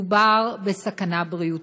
מדובר בסכנה בריאותית.